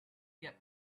get